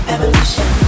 Evolution